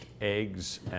eggs